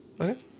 Okay